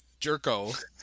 Jerko